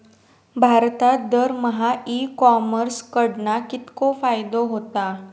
भारतात दरमहा e commerce कडणा कितको फायदो होता?